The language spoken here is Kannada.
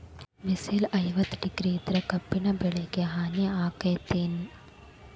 ಬಿಸಿಲ ಐವತ್ತ ಡಿಗ್ರಿ ಇದ್ರ ಕಬ್ಬಿನ ಬೆಳಿಗೆ ಹಾನಿ ಆಕೆತ್ತಿ ಏನ್?